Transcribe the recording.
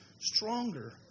stronger